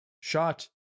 shot